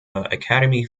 academy